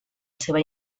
seva